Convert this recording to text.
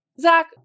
Zach